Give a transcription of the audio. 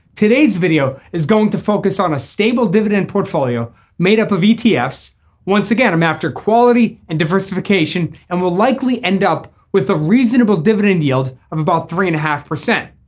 today's video is going to focus on a stable dividend portfolio made up of etfs. once again i'm after quality and diversification and we'll likely end up with a reasonable dividend yield of about three and a half percent.